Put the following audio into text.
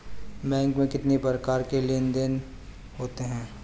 Bank में कितनी प्रकार के लेन देन देन होते हैं?